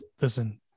listen